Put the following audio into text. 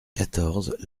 quatorze